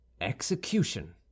execution